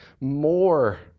more